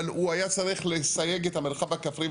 אבל הוא היה צריך לסייג את המרחב הכפרי,